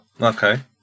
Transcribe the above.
Okay